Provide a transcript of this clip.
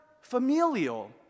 familial